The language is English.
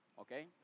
Okay